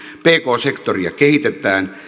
pk sektoria kehitetään